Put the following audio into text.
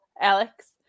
Alex